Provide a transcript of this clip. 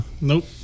Nope